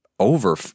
Over